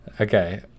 Okay